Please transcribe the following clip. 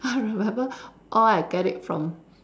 I remember all I get it from